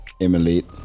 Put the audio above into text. emulate